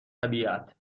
طبیعت